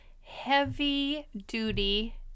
heavy-duty